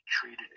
treated